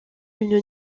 une